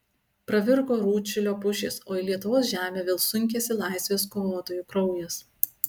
pravirko rūdšilio pušys o į lietuvos žemę vėl sunkėsi laisvės kovotojų kraujas